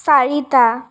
চাৰিটা